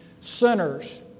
Sinners